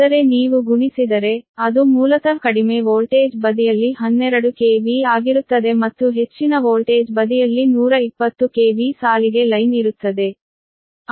ಅಂದರೆ ನೀವು ಗುಣಿಸಿದರೆ ಅದು ಮೂಲತಃ ಕಡಿಮೆ ವೋಲ್ಟೇಜ್ ಬದಿಯಲ್ಲಿ 12 KV ಆಗಿರುತ್ತದೆ ಮತ್ತು ಹೆಚ್ಚಿನ ವೋಲ್ಟೇಜ್ ಬದಿಯಲ್ಲಿ 120 KV ಸಾಲಿಗೆ ಲೈನ್ ಇರುತ್ತದೆ